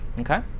Okay